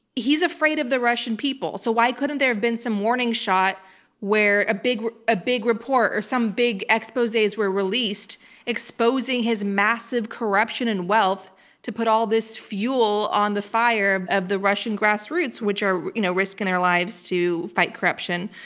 he's afraid of the russian people, so why couldn't there have been some warning shot where a ah big report or some big exposes were released exposing his massive corruption and wealth to put all this fuel on the fire of the russian grassroots, which are you know risking their lives to fight corruption.